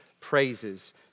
praises